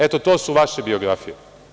Eto, to su vaše biografije.